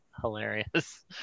hilarious